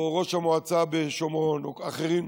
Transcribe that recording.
או ראש המועצה בשומרון או אחרים,